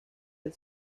del